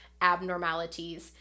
abnormalities